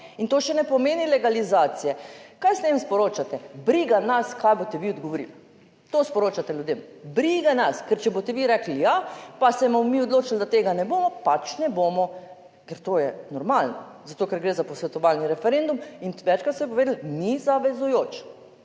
in to še ne pomeni legalizacije. Kaj jaz tem sporočate? Briga nas kaj boste vi odgovorili, to sporočate ljudem. Briga nas. Ker če boste vi rekli, ja, pa se bomo mi odločili, da tega ne bomo, pač ne bomo, ker to je normalno, zato ker gre za posvetovalni referendum in večkrat ste povedali, ni zavezujoč.